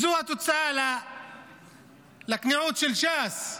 זו התוצאה של הכניעה של ש"ס,